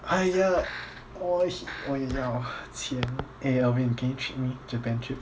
!aiya! 我我也要钱 eh alvin can you treat me japan trip